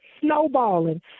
snowballing